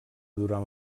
durant